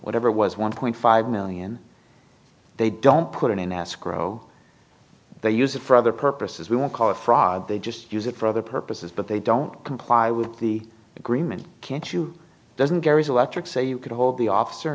whatever was one point five million they don't put in an escrow they use it for other purposes we would call a frog they just use it for other purposes but they don't comply with the agreement can't you doesn't carry selectric say you could hold the officer